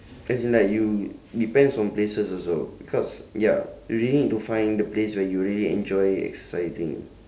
as in like you depends on places also because ya really need to find the place where you really enjoy exercising